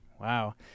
Wow